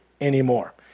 anymore